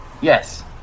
Yes